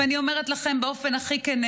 ואני אומרת לכם באופן הכי כן,